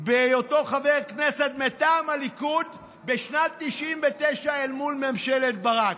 בהיותו חבר כנסת מטעם הליכוד בשנת 1999 אל מול ממשלת ברק.